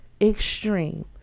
extreme